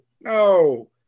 no